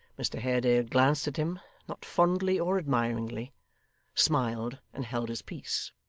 mr haredale glanced at him not fondly or admiringly smiled, and held his peace.